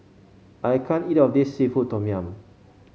I can't eat all of this seafood Tom Yum